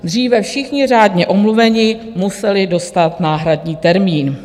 Dříve všichni řádně omluvení museli dostat náhradní termín.